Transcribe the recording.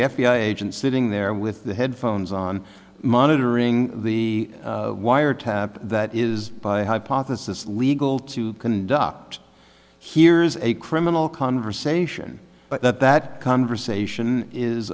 the f b i agent sitting there with the headphones on monitoring the wiretap that is by hypothesis legal to conduct hears a criminal conversation but that that conversation is